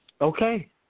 Okay